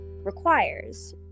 requires